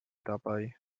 dabei